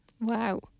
Wow